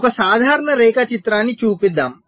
ఒక సాధారణ రేఖాచిత్రాన్ని చూపిద్దాం